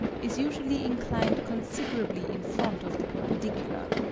is usually inclined considerably in front of the perpendicular.